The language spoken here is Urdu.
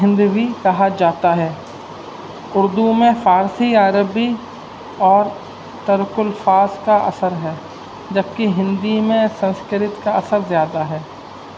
ہند بھی کہا جاتا ہے اردو میں فارسی عربی اور ترک الفاظ کا اثر ہے جبکہ ہندی میں سنسکرت کا اثر زیادہ ہے